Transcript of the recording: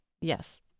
Yes